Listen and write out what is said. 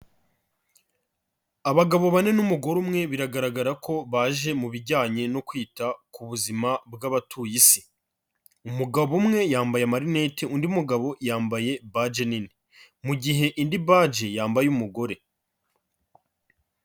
Abagabo bane n'umugore umwe biragaragara ko baje mu bijyanye no kwita ku buzima bw'abatuye Isi. Umugabo umwe yambaye amarinete, undi mugabo yambaye baji nini. Mu gihe indi baji yambaye umugore.